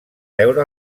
veure